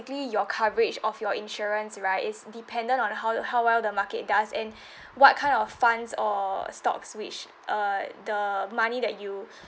your coverage of your insurance right is dependent on how how well the market does and what kind of funds or stocks which uh the money that you